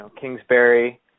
Kingsbury